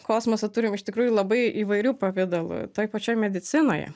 kosmosą turim iš tikrųjų labai įvairių pavidalų toj pačioj medicinoje